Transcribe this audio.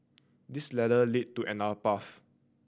this ladder lead to another path